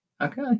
Okay